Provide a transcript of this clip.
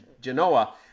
genoa